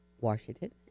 Washington